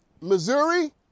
Missouri